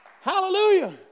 Hallelujah